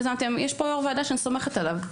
יש פה יושב-ראש ועדה שאני סומכת עליו.